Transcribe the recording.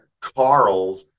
Carl's